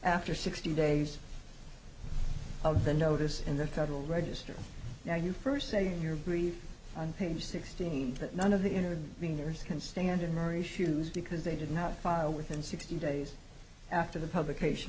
after sixty days of the notice in the federal register now you first say in your brief on page sixteen that none of the inner being yours can stand in our issues because they did not file within sixty days after the publication